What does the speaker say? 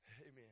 Amen